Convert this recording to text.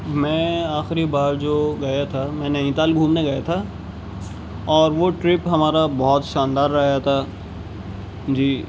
میں آخری بار جو گیا تھا میں نینی تال گھومنے گیا تھا اور وہ ٹرپ ہمارا بہت شاندار رہا تھا جی